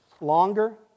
longer